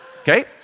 Okay